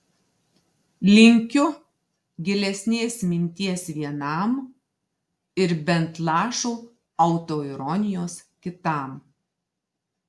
linkiu gilesnės minties vienam ir bent lašo autoironijos kitam